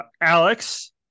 Alex